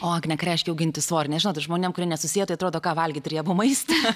o agne ką reiškia auginti svorį nežinau tai žmonėms kurie nesusijęi atrodo ką valgyti riebų maistą